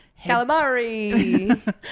calamari